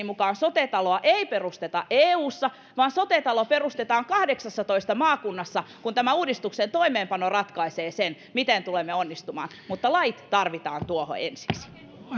mukaan sote taloa ei perusteta eussa vaan sote talo perustetaan kahdeksassatoista maakunnassa ja tämän uudistuksen toimeenpano ratkaisee sen miten tulemme onnistumaan mutta lait tarvitaan tuohon ensiksi